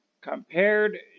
compared